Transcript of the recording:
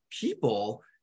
people